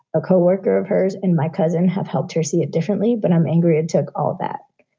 a coworker of hers and my cousin have helped her see it differently. but i'm angry and took all of that.